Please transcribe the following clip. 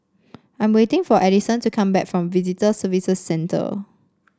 I'm waiting for Adison to come back from Visitor Services Centre